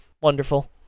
Wonderful